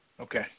Okay